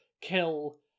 kill